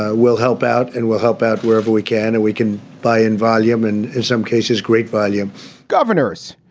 ah we'll help out and we'll help out wherever we can. and we can buy in volume and in some cases, great volume governors,